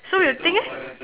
so you think eh